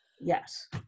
Yes